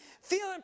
feeling